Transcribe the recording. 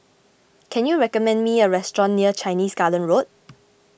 can you recommend me a restaurant near Chinese Garden Road